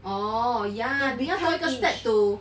oh ya 你要还有一个 step to